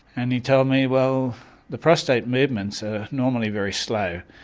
and he told me well the prostate movements are normally very slow.